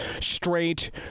straight